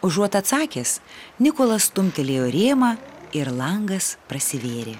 užuot atsakęs nikolas stumtelėjo rėmą ir langas prasivėrė